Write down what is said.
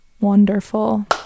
wonderful